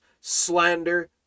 slander